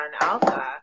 Alpha